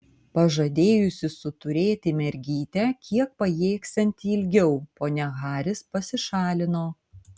pažadėjusi suturėti mergytę kiek pajėgsianti ilgiau ponia haris pasišalino